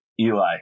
Eli